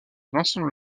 vincent